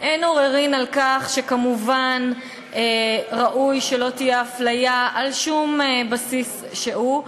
אין עוררין על כך שראוי כמובן שלא תהיה הפליה על שום בסיס שהוא.